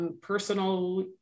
personal